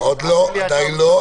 לא, עוד לא.